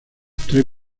tres